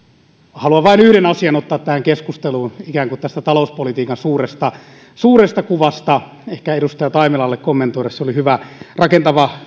haluan vain yhden asian ottaa tähän keskusteluun ikään kuin tästä talouspolitiikan suuresta suuresta kuvasta ehkä edustaja taimelalle kommentoida se oli hyvä rakentava